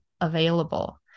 available